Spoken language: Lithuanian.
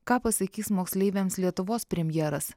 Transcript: ką pasakys moksleiviams lietuvos premjeras